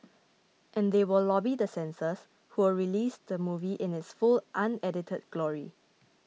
and they will lobby the censors who will release the movie in its full unedited glory